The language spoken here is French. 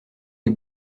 les